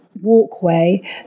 walkway